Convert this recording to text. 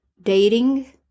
Dating